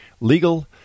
legal